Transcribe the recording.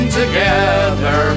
together